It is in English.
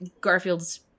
Garfield's